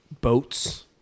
boats